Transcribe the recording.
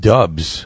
Dubs